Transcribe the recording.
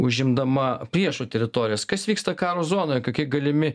užimdama priešo teritorijas kas vyksta karo zonoje kokie galimi